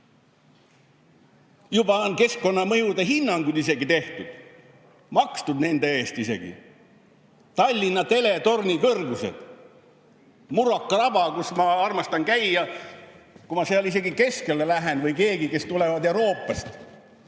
Juba on isegi keskkonnamõjude hinnangud tehtud, makstud nende eest. Tallinna teletorni kõrgused! Muraka rabas, kus ma armastan käia, kui ma seal isegi keskele lähen, või kui keegi tuleb Euroopast